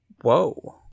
Whoa